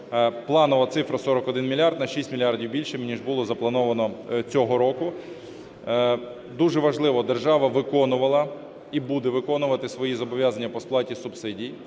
планова цифра 41 мільярд, на 6 мільярдів більша ніж було заплановано цього року. Дуже важливо: держава виконувала і буде виконувати свої зобов'язання по сплаті субсидій